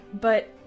But-